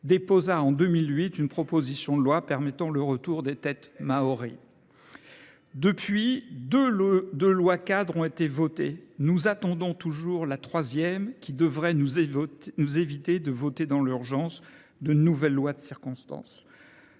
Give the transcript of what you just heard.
déposa en 2008 une proposition de loi permettant le retour des têtes Maori. Depuis, deux lois cadres ont été votées quatre cadres ont été votés. Nous attendons toujours la troisième qui devrait nous éviter de voter dans l'urgence de nouvelles lois de circonstance.